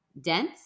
dense